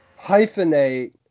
hyphenate